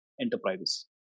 enterprises